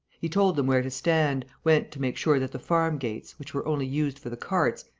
he told them where to stand, went to make sure that the farm-gates, which were only used for the carts,